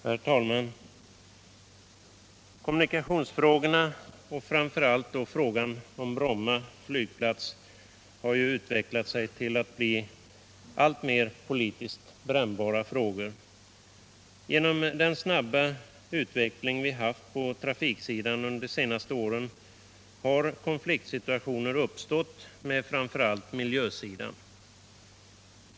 Herr talman! Kommunikationsfrågorna och framför allt frågan om Bromma flygplats har utvecklat sig till alltmer politiskt brännbara frågor. Genom den snabba utvecklingen på trafiksidan under de senaste åren har konfliktsituationer uppstått med framför allt miljösidan.